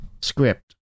script